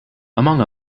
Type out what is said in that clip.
among